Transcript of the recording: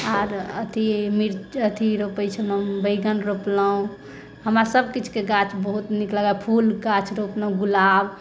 आर अथी मिरच अथी रोपय छलहुँ बैंगन रोपलहुँ हमरा सब किछुके गाछ बहुत नीक लगैया फूलके गाछ रोपलहुँ गुलाब